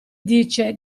dice